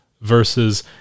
versus